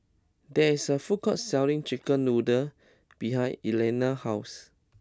there is a food court selling Chicken Noodles behind Elianna's house